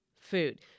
food